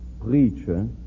preacher